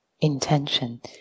intention